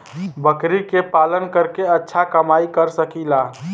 बकरी के पालन करके अच्छा कमाई कर सकीं ला?